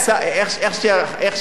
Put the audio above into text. השר יצחק כהן,